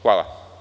Hvala.